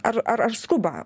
ar ar skuba